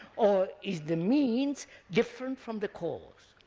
or is the means different from the cause?